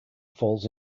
falls